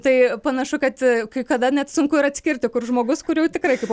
tai panašu kad kai kada net sunku ir atskirti kur žmogus kur jau tikrai kaip